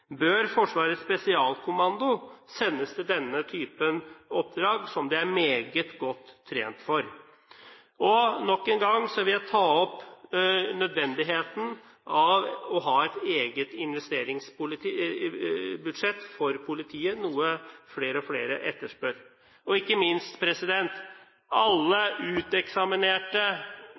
Bør Forsvarets spesialkommando sendes til denne typen oppdrag, som den er meget godt trent for? Og nok en gang vil jeg ta opp nødvendigheten av å ha et eget investeringsbudsjett for politiet, noe flere og flere etterspør. Og, ikke minst: Alle uteksaminerte